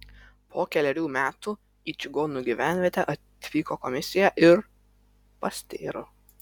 po kelerių metų į čigonų gyvenvietę atvyko komisija ir pastėro